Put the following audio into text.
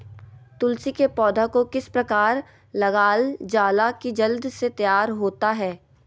तुलसी के पौधा को किस प्रकार लगालजाला की जल्द से तैयार होता है?